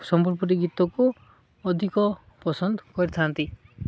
ସମ୍ବଲପୁରର ଗୀତକୁ ଅଧିକ ପସନ୍ଦ କରିଥାନ୍ତି